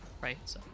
right